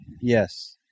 Yes